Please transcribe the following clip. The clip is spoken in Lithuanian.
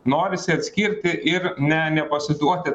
norisi atskirti ir ne nepasiduoti